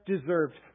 deserved